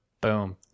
Boom